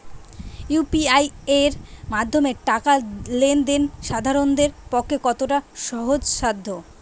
UPI এর মাধ্যমে টাকা লেন দেন সাধারনদের পক্ষে কতটা সহজসাধ্য?